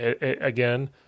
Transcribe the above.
again